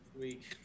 week